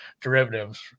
derivatives